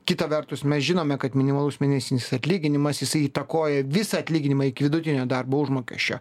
kitą vertus mes žinome kad minimalus mėnesinis atlyginimas jisai įtakoja visą atlyginimą iki vidutinio darbo užmokesčio